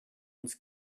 uns